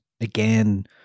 again